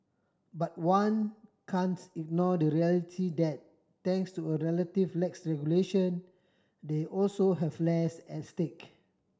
but one can't ignore the reality that thanks to a relative lax regulation they also have less at stake